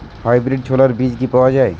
Hybrid ছোলার বীজ কি পাওয়া য়ায়?